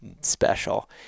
special